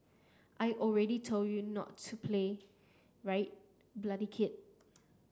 I already told you not to play right bloody kid